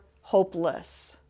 hopeless